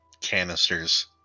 canisters